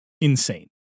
insane